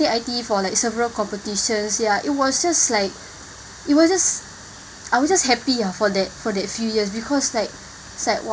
I_T_E for like several competitions ya it was just like it was just I was just happy ah for that for that few years because like it's like